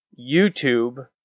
YouTube